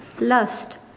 lust